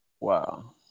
Wow